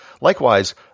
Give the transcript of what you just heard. Likewise